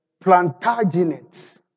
plantagenets